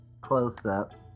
close-ups